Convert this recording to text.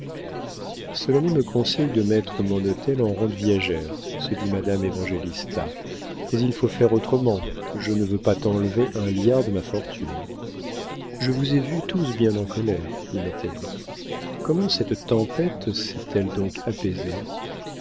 honte solonet me conseille de mettre mon hôtel en rente viagère se dit madame évangélista mais il faut faire autrement je ne veux pas t'enlever un liard de ma fortune je vous ai vus tous bien en colère dit natalie comment cette tempête s'est-elle donc apaisée